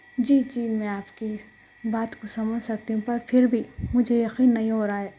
جی جی میں آپ کی بات کو سمجھ سکتی ہوں پر پھر بھی مجھے یقین نہیں ہو رہا ہے